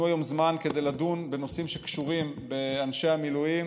היום זמן כדי לדון בנושאים שקשורים באנשי המילואים.